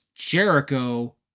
Jericho